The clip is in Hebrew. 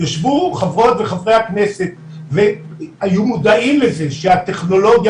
ישבו חברי וחברות הכנסת והיו מודעים לזה שהטכנולוגיה